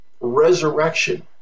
resurrection